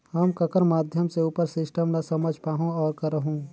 हम ककर माध्यम से उपर सिस्टम ला समझ पाहुं और करहूं?